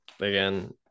again